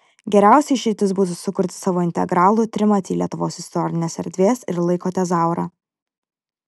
geriausia išeitis būtų sukurti savo integralų trimatį lietuvos istorinės erdvės ir laiko tezaurą